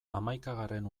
hamaikagarren